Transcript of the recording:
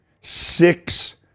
six